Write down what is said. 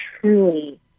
truly